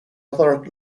other